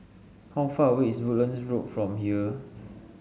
how far away is Woodlands Road from here